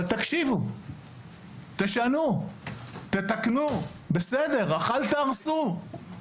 אבל תקשיבו, תשנו, תתקנו, בסדר, אך אל תהרסו.